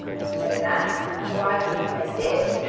have played that or i could have played this